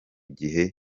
gihe